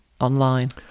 online